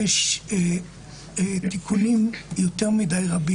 יש תיקונים רבים מדי.